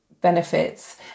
benefits